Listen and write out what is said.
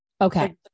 Okay